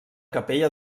capella